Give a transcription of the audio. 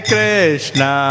Krishna